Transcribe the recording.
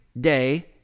day